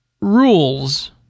rules